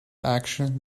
action